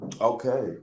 Okay